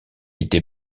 était